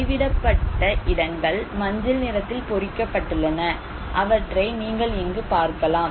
கைவிடப்பட்ட இடங்கள் மஞ்சள் நிறத்தில் பொறிக்கப்பட்டுள்ளன அவற்றை நீங்கள் இங்கு பார்க்கலாம்